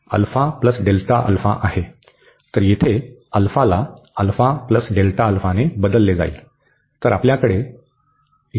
तर येथे α ला ने बदलले जाईल तर आपल्याकडे असेल